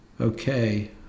Okay